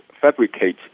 fabricate